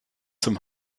zum